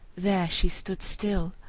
there she stood still,